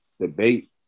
debate